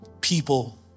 people